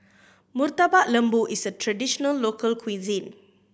Murtabak Lembu is a traditional local cuisine